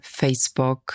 Facebook